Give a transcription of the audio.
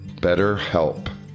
BetterHelp